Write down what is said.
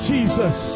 Jesus